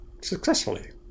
successfully